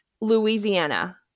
louisiana